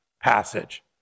passage